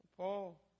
Paul